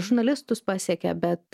žurnalistus pasiekia bet